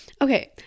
Okay